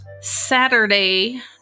Saturday